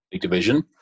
division